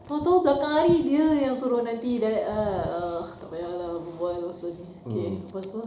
tahu tahu belakang hari dia yang suruh nanti hidayah eh uh tak payah lah berbual pasal ini okay lepas itu